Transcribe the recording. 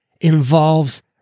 involves